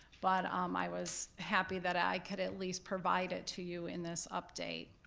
but um i was happy that i could at least provide it to you in this update.